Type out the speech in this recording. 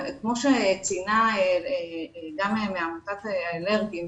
כפי שציינה נציגת עמותת הילדים האלרגיים,